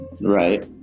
Right